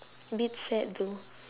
a bit sad though